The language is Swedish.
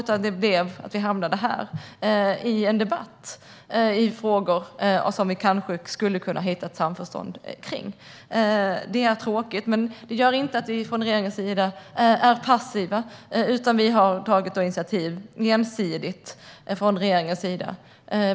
I stället hamnade vi här i en debatt om frågor som vi kanske skulle ha nått samförstånd kring. Det var tråkigt, men det gör inte att vi från regeringen är passiva, utan vi har ensidigt tagit initiativ - vi har en lista på 20 punkter.